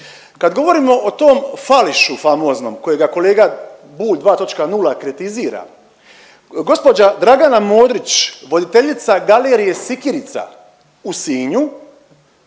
Kad govorimo o tom fališu famoznom kojega kolega Bulj 2.0 kritizira gospođa Dragana Modrić voditeljica galerije Sikirica u Sinju